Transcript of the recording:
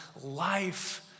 life